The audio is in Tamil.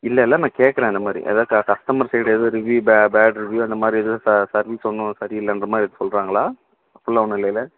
இல்லை இல்லை நான் கேட்குறேன் இந்த மாதிரி ஏதாவது க கஸ்டமர் சைடு எதுவும் ரிவ்யூ பே பேட் ரிவ்யூ அந்த மாதிரி எதுவும் ச சர்வீஸ் ஒன்றும் சரி இல்லைன்ற மாதிரி எதுவும் சொல்றாங்களா அப்பிட்லாம் ஒன்றும் இல்லைல்ல